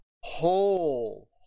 whole